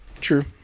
True